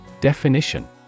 Definition